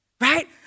right